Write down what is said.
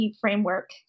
framework